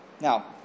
Now